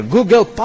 Google